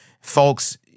Folks